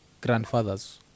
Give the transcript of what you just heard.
grandfathers